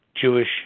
Jewish